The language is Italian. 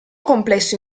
complesso